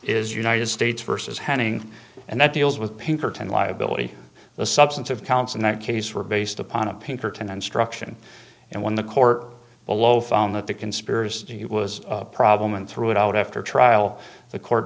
is united states versus hanging and that deals with pinkerton liability the substantive counts in that case were based upon a pinkerton instruction and when the court below found that the conspiracy was a problem and threw it out after trial the court